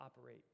operate